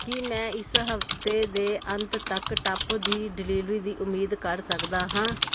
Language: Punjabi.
ਕੀ ਮੈਂ ਇਸ ਹਫ਼ਤੇ ਦੇ ਅੰਤ ਤੱਕ ਟੱਪ ਦੀ ਡਿਲੀਵਰੀ ਦੀ ਉਮੀਦ ਕਰ ਸਕਦਾ ਹਾਂ